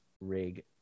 rig